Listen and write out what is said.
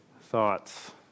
Thoughts